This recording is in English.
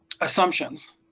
assumptions